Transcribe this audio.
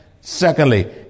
Secondly